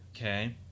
Okay